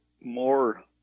more